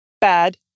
bad